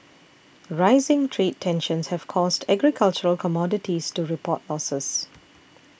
rising trade tensions have caused agricultural commodities to report losses